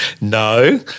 No